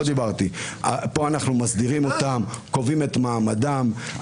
פה אנחנו מסדירים אותם, קובעים את מעמדם.